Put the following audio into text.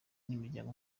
n’imiryango